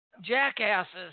Jackasses